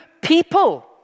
people